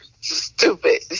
Stupid